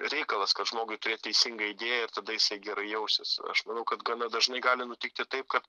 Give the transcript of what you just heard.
reikalas kad žmogui turėt teisingą idėją ir jisai gerai jausis aš manau kad gana dažnai gali nutikti taip kad